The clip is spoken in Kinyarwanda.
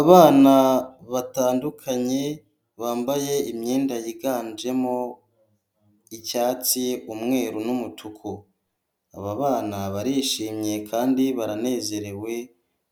Abana batandukanye bambaye imyenda yiganjemo icyatsi, umweru, n'umutuku, aba bana barishimye kandi baranezerewe